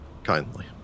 Kindly